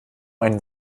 einen